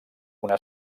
una